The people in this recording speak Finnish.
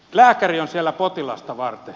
lääkäri on siellä potilasta varten